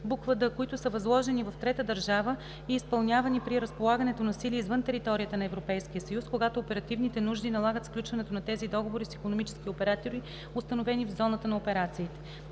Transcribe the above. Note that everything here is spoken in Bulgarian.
д) които са възложени в трета държава и изпълнявани при разполагането на сили извън територията на Европейския съюз, когато оперативните нужди налагат сключването на тези договори с икономически оператори, установени в зоната на операциите;